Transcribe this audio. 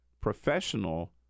professional